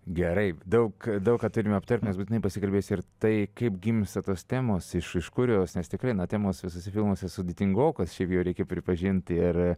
gerai daug daug ką turime aptarti mes būtinai pasikalbėsim ir tai kaip gimsta tos temos iš iš kur jos nes tikrai na temos visuose filmuose sudėtingokos šiaip jau reikia pripažinti ir